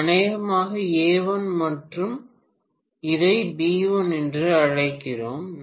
இது அநேகமாக A1 மற்றும் இதை B1 என்று அழைக்கிறேன்